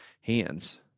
hands